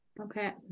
Okay